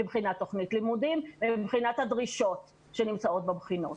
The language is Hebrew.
מבחינת תכנית לימודים ומבחינת הדרישות שנמצאות בבחינות.